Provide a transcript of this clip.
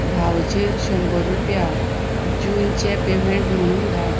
भावचेर शंबर रुपया जूनचें पेमेंट म्हणून धाड